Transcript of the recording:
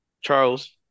Charles